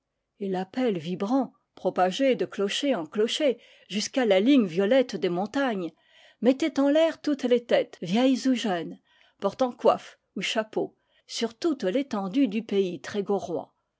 et l'appel vibrant propagé de clocher en clocher jusqu'à la ligne violette des montagnes mettait en l'air toutes les têtes vieilles ou jeunes portant coiffe ou chapeau sur toute l'é tendue du pays